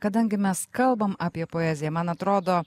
kadangi mes kalbam apie poeziją man atrodo